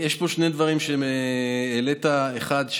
יש פה שני דברים שהעלית: אחד,